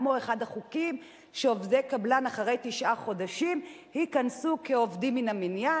כמו החוק שאחרי תשעה חודשים עובדי קבלן ייכנסו כעובדים מן המניין,